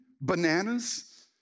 bananas